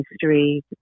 history